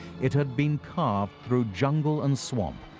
it had been carved through jungle and swamp,